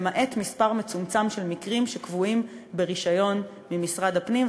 למעט מספר מצומצם של מקרים שקבועים ברישיון ממשרד הפנים.